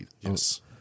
Yes